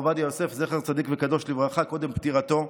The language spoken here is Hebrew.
עובדיה יוסף זכר צדיק וקדוש לברכה קודם פטירתו: